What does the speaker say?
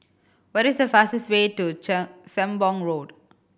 what is the fastest way to Sembong Road